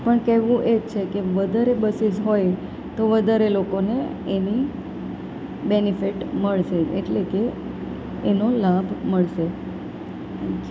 પણ કહેવું એ છે કે વધારે બસીસ હોય તો વધારે લોકોને એની બેનિફેટ મળશે એટલે કે એનો લાભ મળશે